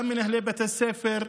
גם מנהלי בתי ספר,